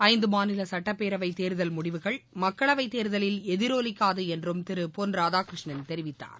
ஐந்து மாநில சுட்டப்பேரவைத் தேர்தல் முடிவுகள் மக்களவைத்தேர்தலில் எதிரொலிக்காது என்றும் திரு பொன் ராதாகிருஷ்ணன் தெரிவித்தார்